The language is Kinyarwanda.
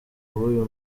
b’uyu